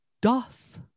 doth